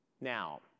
Now